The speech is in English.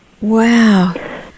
Wow